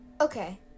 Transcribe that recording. Okay